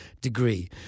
degree